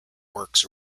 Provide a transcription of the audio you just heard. works